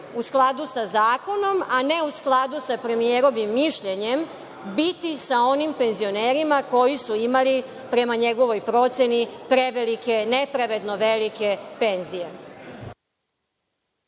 u skladu sa Zakonom, a ne u skladu sa premijerovim mišljenjem, biti sa onim penzionerima koji su imali prema njegovoj proceni prevelike, nepravedno velike penzije?